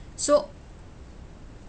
so